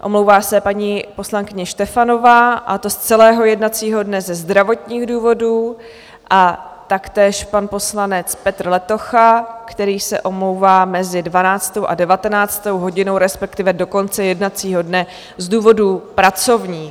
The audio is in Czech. Omlouvá se paní poslankyně Štefanová, a to z celého jednacího dne ze zdravotních důvodů, a taktéž pan poslanec Petr Letocha, který se omlouvá mezi 12. a 19. hodinou, respektive do konce jednacího dne z důvodů pracovních.